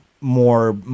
more